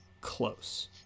close